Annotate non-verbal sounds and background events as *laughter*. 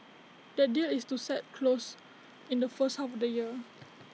that deal is set to close in the first half *noise* of this year